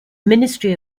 ministry